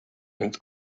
and